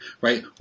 right